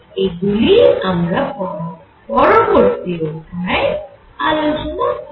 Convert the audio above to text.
এইগুলি আমরা পরবর্তী অধ্যায়ে আলোচনা করব